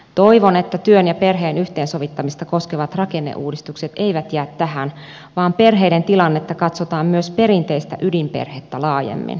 toivon että työn ja perheen yhteensovittamista koskevat rakenneuudistukset eivät jää tähän vaan perheiden tilannetta katsotaan myös perinteistä ydinperhettä laajemmin